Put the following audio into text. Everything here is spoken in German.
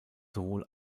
sowohl